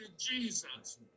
Jesus